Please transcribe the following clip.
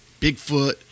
Bigfoot